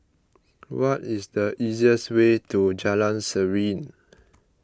what is the easiest way to Jalan Serene